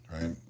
right